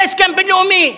זה הסכם בין-לאומי.